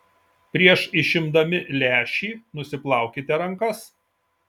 prieš išimdami lęšį nusiplaukite rankas